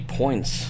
points